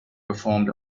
performed